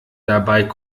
dabei